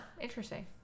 Interesting